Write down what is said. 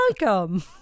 welcome